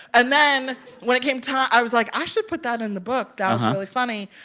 and then when it came time, i was like, i should put that in the book. that was really funny.